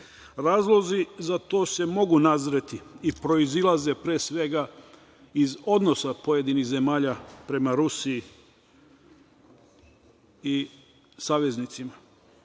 Razlozi za to se mogu nazreti i proizilaze, pre svega, iz odnosa pojedinih zemalja prema Rusiji i saveznicima.